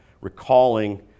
recalling